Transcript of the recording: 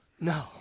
No